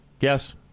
Yes